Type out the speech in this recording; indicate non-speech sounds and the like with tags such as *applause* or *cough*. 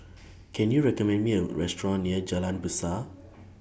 *noise* Can YOU recommend Me A Restaurant near Jalan Besar